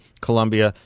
Colombia